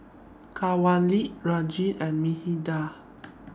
Kanwaljit Rajan and Medha